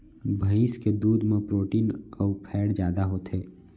भईंस के दूद म प्रोटीन अउ फैट जादा होथे